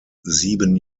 sieben